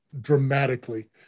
dramatically